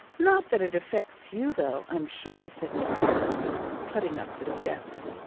not that it affects you, though, i'm sure, said mr. guppy, putting up the steps.